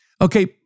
Okay